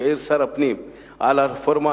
מדובר על הערות שהעיר שר הפנים על הרפורמה.